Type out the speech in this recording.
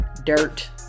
dirt